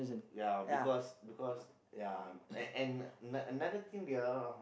ya because because ya and and ano~ another thing there are